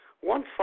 One